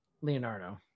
Leonardo